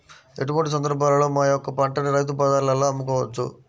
ఎటువంటి సందర్బాలలో మా యొక్క పంటని రైతు బజార్లలో అమ్మవచ్చు?